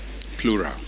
Plural